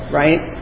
right